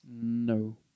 No